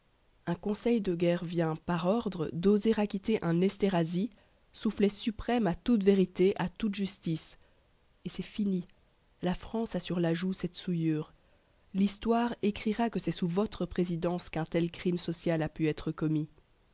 un conseil de guerre vient par ordre d'oser acquitter un esterhazy soufflet suprême à toute vérité à toute justice et c'est fini la france a sur la joue cette souillure l'histoire écrira que c'est sous votre présidence qu'un tel crime social a pu être commis